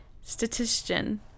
Statistician